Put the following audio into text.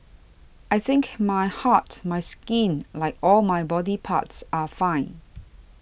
I think my heart my skin like all my body parts are fine